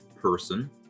person